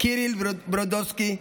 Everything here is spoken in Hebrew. קיריל ברודסקי,